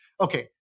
okay